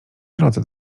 drodze